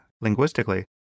linguistically